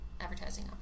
advertising